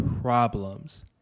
problems